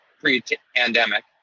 pre-pandemic